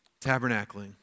Tabernacling